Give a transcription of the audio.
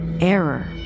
Error